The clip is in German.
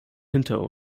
hinter